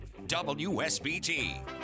WSBT